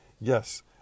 Yes